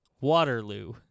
Waterloo